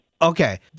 Okay